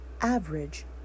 Average